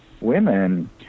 women